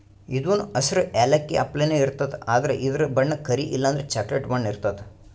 ಇದೂನು ಹಸ್ರ್ ಯಾಲಕ್ಕಿ ಅಪ್ಲೆನೇ ಇರ್ತದ್ ಆದ್ರ ಇದ್ರ್ ಬಣ್ಣ ಕರಿ ಇಲ್ಲಂದ್ರ ಚಾಕ್ಲೆಟ್ ಬಣ್ಣ ಇರ್ತದ್